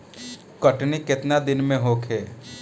कटनी केतना दिन में होखे?